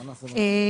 זה סעיף חדש.